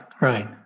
right